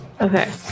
Okay